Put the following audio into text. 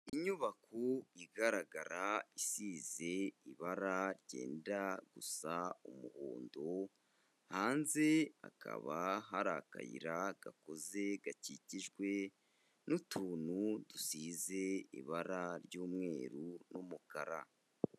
Inyubako igaragara, isize ibara ryenda gusa umuhondo, hanze hakaba hari akayira gakoze, gakikijwe n'utuntu dusize ibara ry'umweru n'umukara.